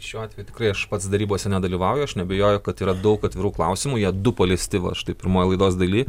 šiuo atveju tikrai aš pats derybose nedalyvauju aš neabejoju kad yra daug atvirų klausimų jie du paliesti va štai pirmoj laidos daly